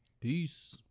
Peace